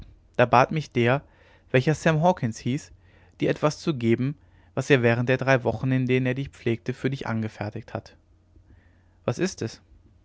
da bat mich der welcher sam hawkens hieß dir etwas zu geben was er während der drei wochen in denen er dich pflegte für dich angefertigt hat was ist es